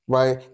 right